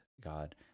God